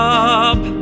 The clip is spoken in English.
up